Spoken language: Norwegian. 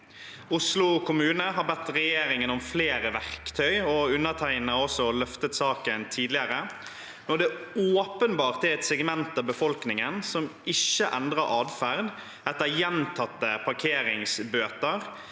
Oslo kommune har bedt regjeringen om flere verktøy, og undertegnede har også løftet saken tidligere. Når det åpenbart er et segment av befolkningen som ikke endrer adferd etter gjentatte parkeringsbøter,